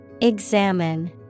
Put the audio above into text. Examine